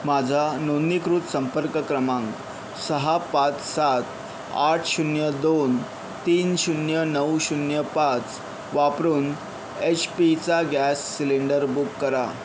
माझा नोंदणीकृत संपर्क क्रमांक सहा पाच सात आठ शून्य दोन तीन शून्य नऊ शून्य पाच वापरून एच पीचा गॅस सिलेंडर बुक करा